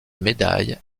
médaille